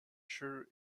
sure